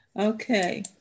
okay